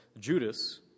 Judas